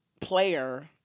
player